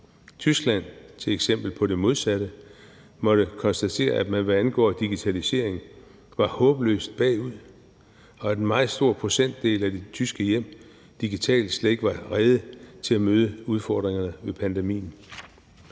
Tyskland er et eksempel på det modsatte og måtte konstatere, at man hvad angår digitalisering var håbløst bagud, og at en meget stor procentdel af de tyske hjem digitalt slet ikke var rede til at møde udfordringerne ved pandemien.